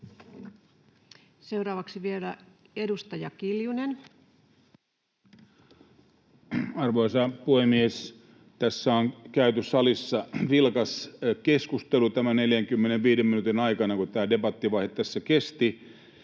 muuttamisesta Time: 18:28 Content: Arvoisa puhemies! Tässä on käyty salissa vilkas keskustelu tämän 45 minuutin aikana, kun tämä debattivaihe kesti